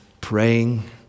praying